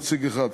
נציג אחד,